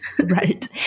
Right